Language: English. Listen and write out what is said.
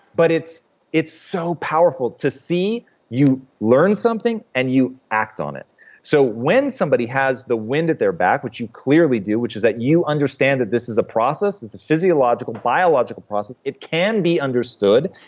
but it's it's so powerful to see you learn something, and you act on it so when somebody has the wind at their back, which you clearly do, which is that you understand that this is a process, it's a physiological, biological process, it can be understood,